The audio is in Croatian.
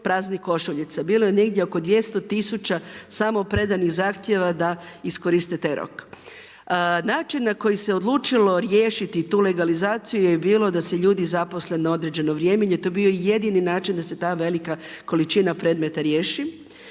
praznih košuljica, bilo je negdje oko 200 tisuća samo predanih zahtijeva da iskoriste taj rok. Način na koji se odlučilo riješiti tu legalizaciju je bilo da se ljudi zaposle na određeno vrijeme jer je to bio jedini način da se ta velika količina predmeta riješi.